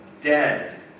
dead